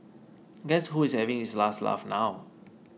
guess who is having his last laugh now